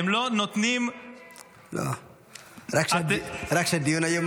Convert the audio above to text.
רק שבדיון היום